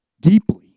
deeply